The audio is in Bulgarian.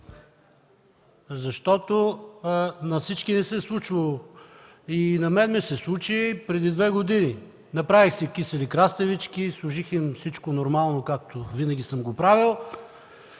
защото на всички ни се е случвало. И на мен ми се случи преди две години. Направих си кисели краставички, сложих им всичко нормално, както винаги съм го правил,